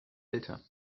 älter